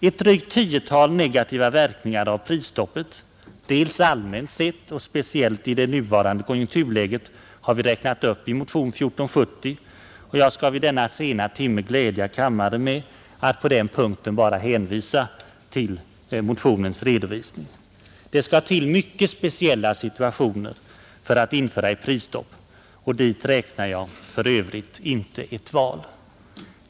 Ett drygt tiotal negativa verkningar av prisstoppet — dels allmänt sett, dels speciellt i det nuvarande konjunkturläget — har vi räknat upp i motion 1470, och jag skall vid denna sena timme glädja kammaren med att på den punkten bara hänvisa till motionens redovisning. Det skall till mycket speciella situationer för att införa ett prisstopp, och dit räknar jag för övrigt inte ett val.